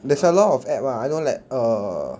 there's a lot of app lah I know like err